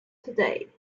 today